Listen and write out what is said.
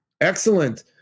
Excellent